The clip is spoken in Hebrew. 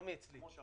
לא מאצלי.